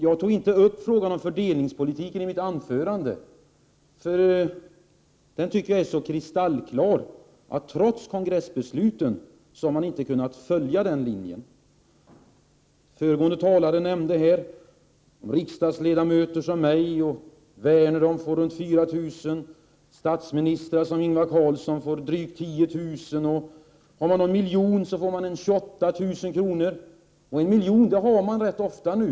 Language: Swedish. Jag tog inte upp frågan om fördelningspolitiken i mitt anförande, därför at jag tycker att den saken är kristallklar. Trots kongressbesluten har ni intd kunnat följa den valda linjen. Föregående talare nämnde här att riksdagsledamöter som jag och Werne får en skattesänkning på 4 000 kr., statsminister Ingvar Carlsson får drygt 10 000 kr. och den som har en årsinkomst på 1 miljon får 28 000 kr. 1 miljon årsinkomst är rätt vanligt nu.